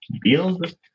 build